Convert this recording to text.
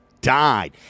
died